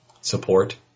support